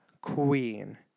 Queen